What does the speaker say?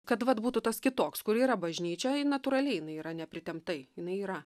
kad vat būtų tas kitoks kur yra bažnyčia i natūraliai jinai yra nepritemptai jinai yra